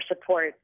support